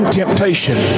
temptation